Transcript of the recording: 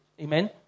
Amen